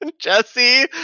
Jesse